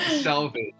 salvage